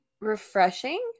refreshing